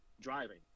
driving